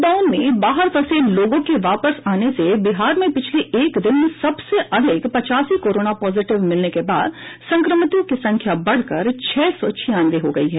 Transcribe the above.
lockdown में बाहर फंसे लोगों के वापस आने से बिहार में पिछले एक दिन में सबसे अधिक पचासी कोरोना पॉजिटिव मिलने के बाद संक्रमितों की संख्या बढ़कर छह सौ छियानवे हो गयी है